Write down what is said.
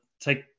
take